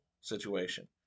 situation